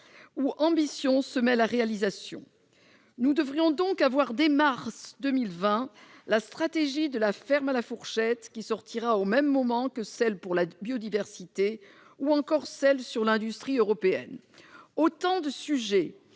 ambition se mêle à réalisation. Nous devrions donc connaître, dès mars 2020, la stratégie « de la ferme à la fourchette », qui sera révélée au même moment que celle pour la biodiversité, ou encore celle sur l'industrie européenne. Autant de sujets